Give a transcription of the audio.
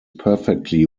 perfectly